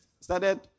started